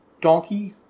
donkey